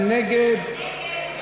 מי נגד?